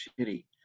shitty